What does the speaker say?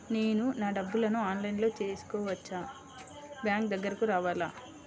నేను నా డబ్బులను ఆన్లైన్లో చేసుకోవచ్చా? బ్యాంక్ దగ్గరకు రావాలా?